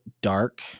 dark